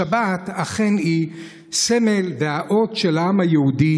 השבת אכן היא הסמל והאות של העם היהודי.